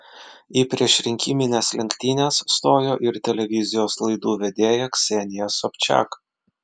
į priešrinkimines lenktynes stojo ir televizijos laidų vedėja ksenija sobčiak